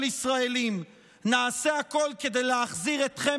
של ישראלים נעשה הכול כדי להחזיר אתכם,